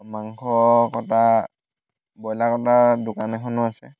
মাংস কটা ব্ৰইলাৰ কটা দোকান এখনো আছে